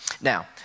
Now